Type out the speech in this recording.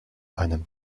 einen